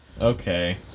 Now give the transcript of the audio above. Okay